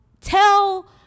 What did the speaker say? tell